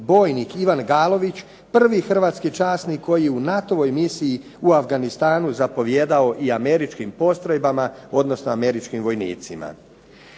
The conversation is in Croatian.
bojnik Ivan Galović prvi hrvatski časnik koji je u NATO-ovoj misiji u Afganistanu zapovijedao i američkim postrojbama, odnosno američkim vojnicima.